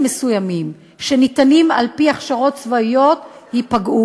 מסוימים שניתן על-פי הכשרות צבאיות ייפגע.